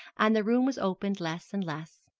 and the room was opened less and less.